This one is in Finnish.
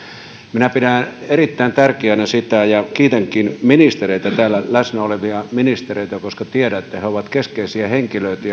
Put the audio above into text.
minä pidän erittäin tärkeänä sitä ja kiitänkin täällä läsnä olevia ministereitä siitä koska tiedän että he he ovat keskeisiä henkilöitä